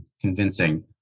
convincing